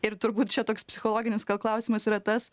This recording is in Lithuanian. ir turbūt čia toks psichologinis klausimas yra tas